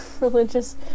religious